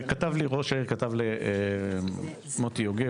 כתב לי מוטי יוגב,